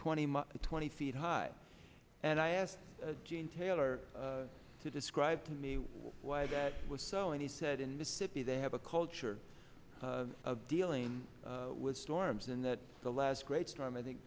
twenty twenty feet high and i asked gene taylor to describe to me why that was so and he said in mississippi they have a culture of dealing with storms and that the last great time i think